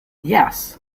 yes